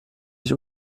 sich